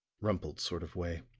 rumpled sort of way